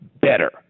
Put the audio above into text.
better